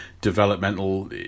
developmental